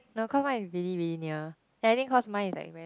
no cause mine is really really near and I think cause mine is like very